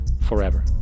forever